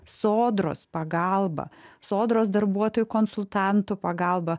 sodros pagalba sodros darbuotojų konsultantų pagalba